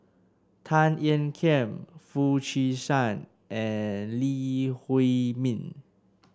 Tan Ean Kiam Foo Chee San and Lee Huei Min